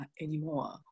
anymore